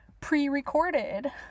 pre-recorded